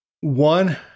One